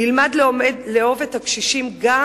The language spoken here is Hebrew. נלמד לאהוב את הקשישים גם